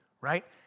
right